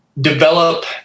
develop